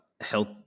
health